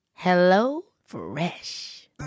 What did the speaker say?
HelloFresh